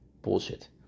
Bullshit